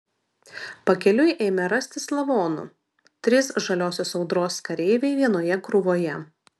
pakeliui ėmė rastis lavonų trys žaliosios audros kareiviai vienoje krūvoje